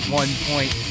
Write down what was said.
one-point